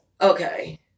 okay